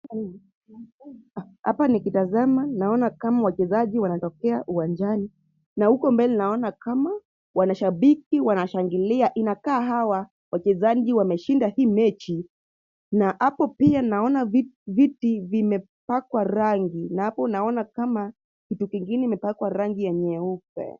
Hapa nikitazama naona kama wachezaji wanatokea uwanjani na huko mbele naona kama wanashabiki wanashangilia. Inakaa hawa wachezaji wameshinda hii mechi na hapo pia naona viti vimepakwa rangi na hapo naona kama kitu kingine imepakwa rangi ya nyeupe.